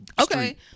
Okay